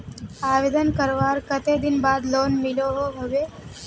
आवेदन करवार कते दिन बाद लोन मिलोहो होबे?